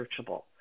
searchable